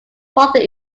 father